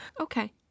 Okay